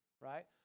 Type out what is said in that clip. right